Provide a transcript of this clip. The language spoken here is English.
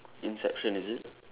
inception is it